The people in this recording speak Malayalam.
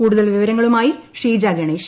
കൂടുതൽ വിവരങ്ങളുമായി ഷീജ ഗണേഷ്